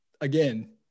again